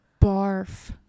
barf